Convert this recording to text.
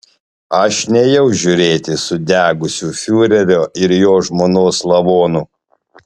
aš nėjau žiūrėti sudegusių fiurerio ir jo žmonos lavonų